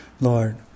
Lord